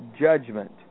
judgment